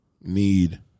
need